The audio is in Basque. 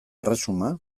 erresuma